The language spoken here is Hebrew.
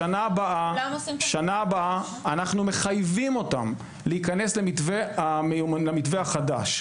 בשנה הבאה אנחנו מחייבים אותם להיכנס למתווה החדש.